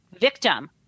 victim